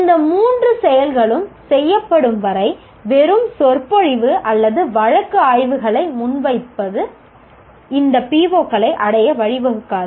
இந்த மூன்று செயல்களும் செய்யப்படும் வரை வெறும் சொற்பொழிவு அல்லது வழக்கு ஆய்வுகளை முன்வைப்பது இந்த PO களை அடைய வழிவகுக்காது